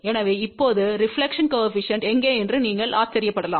எனவே இப்போது reflection coefficient எங்கே என்று நீங்கள் ஆச்சரியப்படலாம்